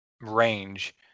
range